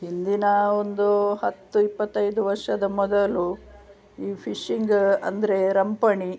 ಹಿಂದಿನ ಒಂದು ಹತ್ತು ಇಪ್ಪತ್ತೈದು ವರ್ಷದ ಮೊದಲು ಈ ಫಿಶ್ಶಿಂಗ್ ಅಂದರೆ ರಂಪಣಿ